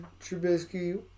Trubisky